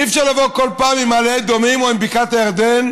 אי-אפשר לבוא כל פעם עם מעלה אדומים או עם בקעת הירדן,